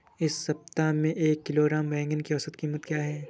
इस सप्ताह में एक किलोग्राम बैंगन की औसत क़ीमत क्या है?